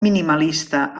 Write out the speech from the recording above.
minimalista